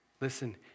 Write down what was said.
Listen